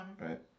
Right